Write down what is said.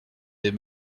des